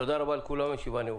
תודה רבה לכולם, הישיבה נעולה.